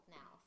now